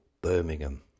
Birmingham